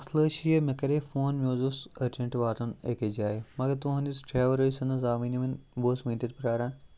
مَسلہٕ حظ چھُ یہِ مےٚ کَرے فون مےٚ حظ اوس أرجَنٹ واتُن أکِس جایہِ مگر تُہند یُس یہِ ڑرایوَر سُہ نہٕ حظ آوٕے نہٕ وُنہِ بہٕ اوسُس وُنہِ تہٕ پراران